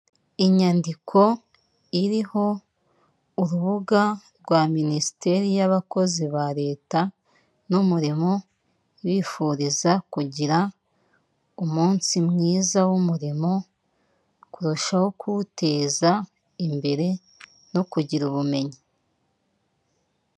Inyandiko iriho urubuga rwa Minisiteri y'abakozi ba Leta n'umurimo, ibifuriza kugira umunsi mwiza w'umurimo, kurushaho kuwuteza imbere, no kugira ubumenyi.